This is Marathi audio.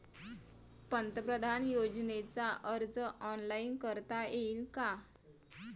पंतप्रधान योजनेचा अर्ज ऑनलाईन करता येईन का?